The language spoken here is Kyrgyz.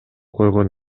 койгон